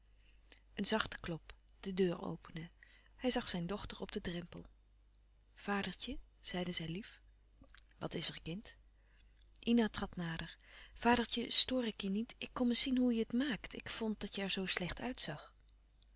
een zachte klop de deur opende hij zag zijn dochter op den drempel vadertje zeide zij lief wat is er kind louis couperus van oude menschen de dingen die voorbij gaan ina trad nader vadertje stoor ik je niet ik kom eens zien hoe je het maakt ik vond dat je er zoo slecht uitzag